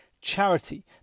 charity